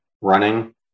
running